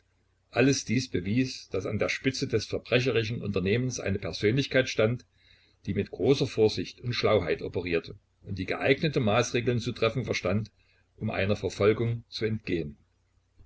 alles dies bewies daß an der spitze des verbrecherischen unternehmens eine persönlichkeit stand die mit großer vorsicht und schlauheit operierte und die geeignete maßregeln zu treffen verstand um einer verfolgung zu entgehen